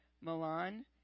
Milan